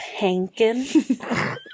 Pankin